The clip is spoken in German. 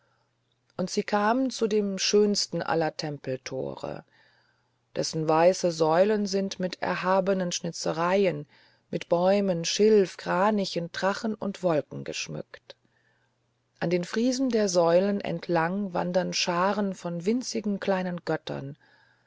und sie kam zu dem schönsten aller tempeltore dessen weiße säulen sind mit erhabenen schnitzereien mit bäumen schilf kranichen drachen und wolken geschmückt an den friesen der säulen entlang wandern scharen von winzigen kleinen göttern